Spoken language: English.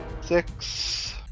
six